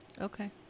Okay